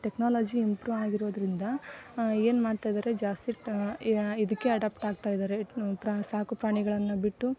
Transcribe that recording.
technology improve ಆಗಿರೋದರಿಂದ ಏನು ಮಾಡ್ತಾ ಇದ್ದಾರೆ ಜಾಸ್ತಿ ಇದಕ್ಕೆ ಅಡಾಪ್ಟ್ ಆಗ್ತಾ ಇದ್ದಾರೆ ಪ್ರಾ ಸಾಕು ಪ್ರಾಣಿಗಳನ್ನು ಬಿಟ್ಟು